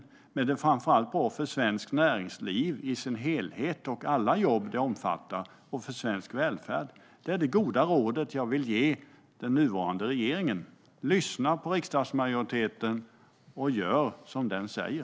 Men det är framför allt bra för svenskt näringsliv i dess helhet och alla jobb det omfattar - och för svensk välfärd. Det är det goda råd jag vill ge den nuvarande regeringen: Lyssna på riksdagsmajoriteten, och gör som den säger!